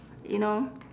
you know